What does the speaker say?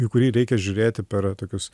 į kurį reikia žiūrėti per tokius